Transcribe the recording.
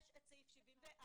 יש את סעיף 74,